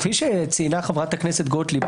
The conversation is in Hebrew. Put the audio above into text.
כפי שציינה חברת הכנסת גוטליב,